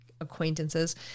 acquaintances